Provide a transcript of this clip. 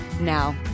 Now